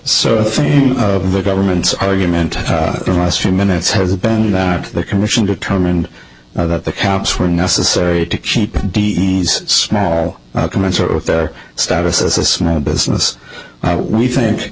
so the government's argument last few minutes has been that the commission determined that the caps were necessary to keep the smash commensurate with their status as a small business we think